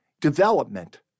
Development